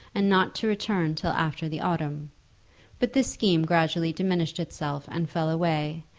and not to return till after the autumn but this scheme gradually diminished itself and fell away,